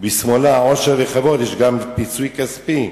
"בשמאולה עושר וכבוד" יש גם פיצוי כספי,